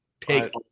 take